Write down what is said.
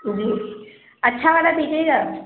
جی اچھا والا دیجیے گا